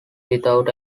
without